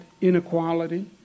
inequality